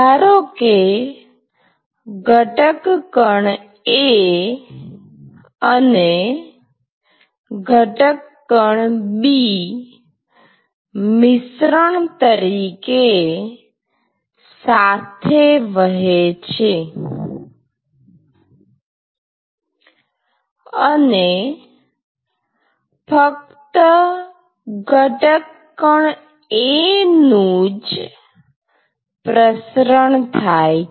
ધારો કે ઘટક કણ A અને ઘટક કણ B મિશ્રણ તરીકે સાથે વહે છે અને ફક્ત ઘટક કણ A નું જ પ્રસરણ થાય છે